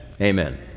Amen